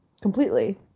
completely